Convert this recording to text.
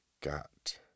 got